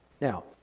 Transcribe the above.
Now